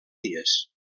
dies